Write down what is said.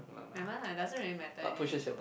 never mind lah it doesn't really matter anyway